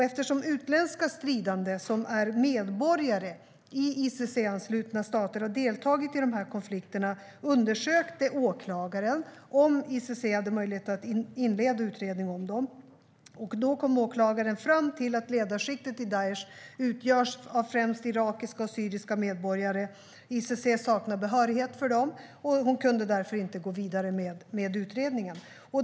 Eftersom utländska stridande som är medborgare i ICC-anslutna stater har deltagit i konflikterna undersökte åklagaren om ICC hade möjligheter att inleda utredning om dem. Utredaren kom då fram till att ledarskiktet i Daish främst utgörs av irakiska och syriska medborgare. ICC saknar behörighet för dem, och hon kunde därför inte gå vidare med utredningen.